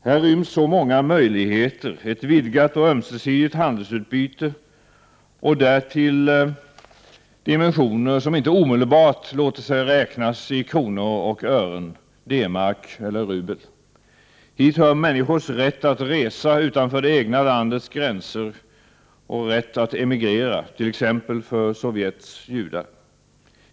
Här ryms också många möjligheter: ett vidgat och ömsesi digt handelsutbyte och därtill dimensioner som inte omedelbart låter sig räknas i kronor och ören, D-mark eller rubel. Hit hör människors rätt att resa utanför det egna landets gränser och rätt att emigrera, t.ex. för Sovjets judar.